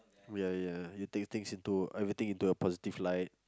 ya ya you take things into everything into a positive light